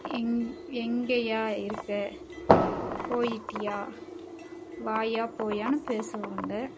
எங்கேயா இருக்க போய்ட்டியா வாய்யா போய்யானு பேசுவாங்க